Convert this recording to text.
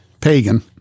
Pagan